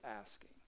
asking